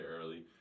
early